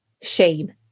shame